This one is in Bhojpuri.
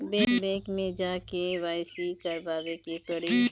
बैक मे जा के के.वाइ.सी करबाबे के पड़ी?